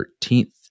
13th